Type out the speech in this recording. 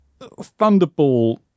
Thunderball